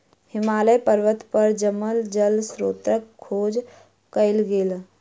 हिमालय पर्वत पर जमल जल स्त्रोतक खोज कयल गेल